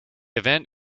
event